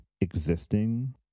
existing